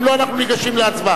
אם לא, אנחנו ניגשים להצבעה.